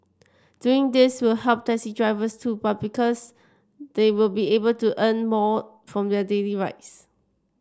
doing this will help taxi drivers too because they'll be able to earn more from their daily rides